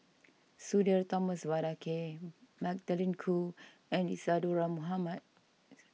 Sudhir Thomas Vadaketh Magdalene Khoo and Isadhora Mohamed